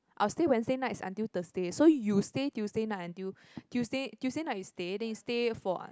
I'll stay Wednesday nights until Thursday so you stay Tuesday night until Tuesday Tuesday night you stay then you stay for